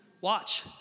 Watch